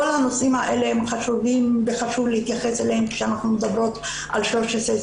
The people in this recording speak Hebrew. כל הנושאים האלה הם חשובים וחשוב להתייחס אליהם כשאנחנו מדברות על 1325